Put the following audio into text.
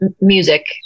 music